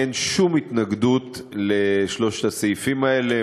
אין שום התנגדות לשלושת הסעיפים האלה.